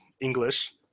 english